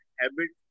habit